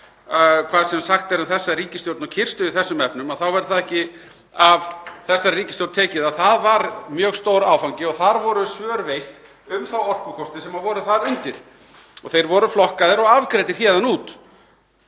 Hvað sem sagt er um þessa ríkisstjórn og kyrrstöðu í þessum efnum þá verður það ekki af þessari ríkisstjórn tekið að það var mjög stór áfangi og þar voru svör veitt um þá orkukosti sem voru þar undir. Þeir voru flokkaðir og afgreiddir héðan út.